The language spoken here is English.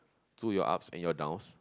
through your ups and your downs